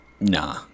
Nah